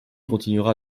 continuera